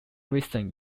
recent